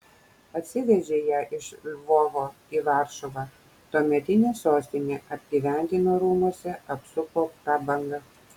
atsivežė ją iš lvovo į varšuvą tuometinę sostinę apgyvendino rūmuose apsupo prabanga